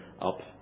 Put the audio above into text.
up